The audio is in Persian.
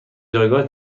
جایگاه